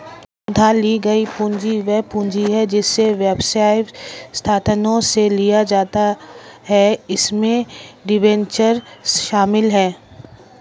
उधार ली गई पूंजी वह पूंजी है जिसे व्यवसाय संस्थानों से लिया जाता है इसमें डिबेंचर शामिल हैं